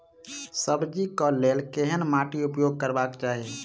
सब्जी कऽ लेल केहन माटि उपयोग करबाक चाहि?